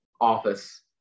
office